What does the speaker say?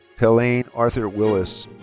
trellane arthur willis.